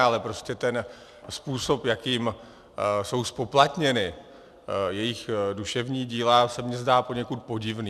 Ale způsob, jakým jsou zpoplatněna jejich duševní díla, se mi zdá poněkud podivný.